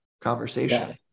conversation